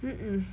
mm mm